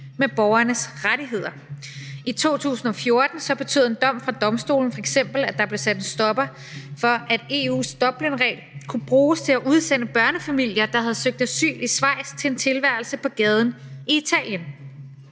med borgernes rettigheder. I 2014 betød en dom fra domstolen f.eks., at der blev sat en stopper for, at EU's dublinregel kunne bruges til at udsende børnefamilier, der havde søgt asyl i Schweiz, til en tilværelse på gaden i Italien,